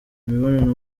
imibonano